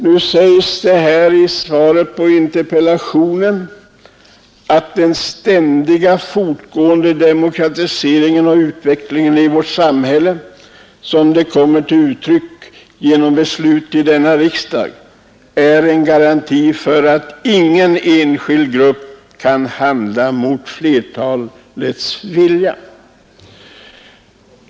Nu säges det i svaret på interpellationen att den ständigt fortgående demokratiseringen och utvecklingen av vårt samhälle som kommer till uttryck genom beslut vid denna riksdag är en garanti för att ingen enskild grupp kan handla mot flertalets vilja. Är detta riktigt?